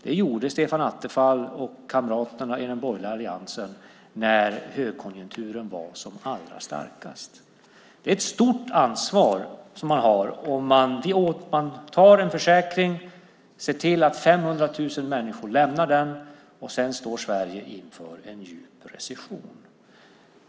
Det gjorde Stefan Attefall och kamraterna i den borgerliga alliansen när högkonjunkturen var som allra starkast. Det är ett stort ansvar man har om man ser till att 500 000 människor lämnar arbetslöshetsförsäkringen och Sverige sedan står inför en djup recession.